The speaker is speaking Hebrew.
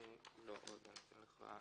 אני בעד.